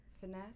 Finesse